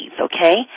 okay